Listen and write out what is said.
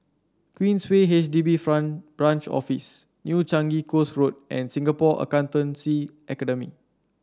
Queensway H D B Friend Branch Office New Changi Coast Road and Singapore Accountancy Academy